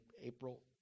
April